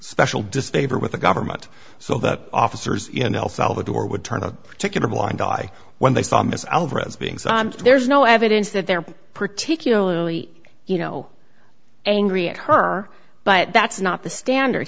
special disfavor with the government so that officers in el salvador would turn a particular blind eye when they saw this alvarez being so there's no evidence that they're particularly you know angry at her but that's not the standard